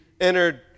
entered